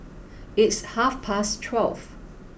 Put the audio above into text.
its half past twelve